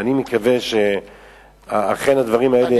ואני מתכוון שאכן הדברים האלה יגיעו,